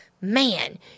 Man